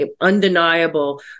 undeniable